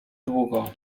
długo